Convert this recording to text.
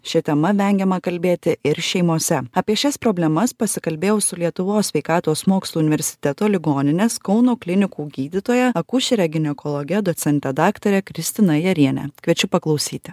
šia tema vengiama kalbėti ir šeimose apie šias problemas pasikalbėjau su lietuvos sveikatos mokslų universiteto ligoninės kauno klinikų gydytoja akušere ginekologe docente daktare kristina jariene kviečiu paklausyti